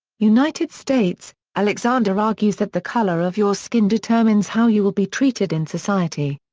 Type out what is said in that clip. united states alexander argues that the color of your skin determines how you will be treated in society.